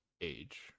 age